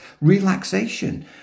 relaxation